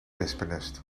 wespennest